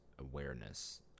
awareness